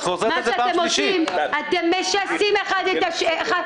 מה שאתם עושים זה אתם משסים אותם אחד נגד השני.